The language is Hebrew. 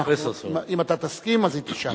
אם אתה תסכים היא תשאל.